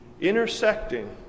intersecting